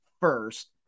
first